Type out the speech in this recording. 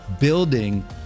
building